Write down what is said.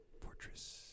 Fortress